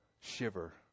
shiver